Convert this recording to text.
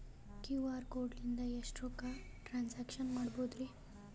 QR code ಲಿಂದ ಎಷ್ಟ ರೊಕ್ಕ ಟ್ರಾನ್ಸ್ಯಾಕ್ಷನ ಮಾಡ್ಬೋದ್ರಿ?